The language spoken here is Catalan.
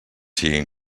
siguin